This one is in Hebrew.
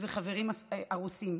וחברים הרוסים,